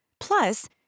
Plus